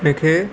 मूंखे